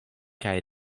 kaj